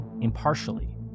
impartially